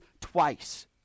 twice